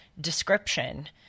description